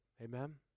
Amen